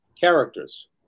characters